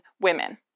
women